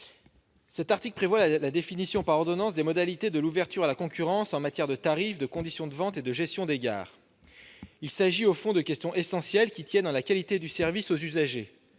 Cet article prévoit la définition par ordonnance des modalités de l'ouverture à la concurrence en matière de tarifs, de conditions de vente et de gestion des gares. Il s'agit au fond de questions essentielles qui concernent la qualité du service aux usagers-